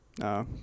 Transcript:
No